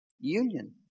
union